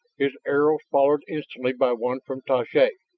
his arrow followed instantly by one from tsoay.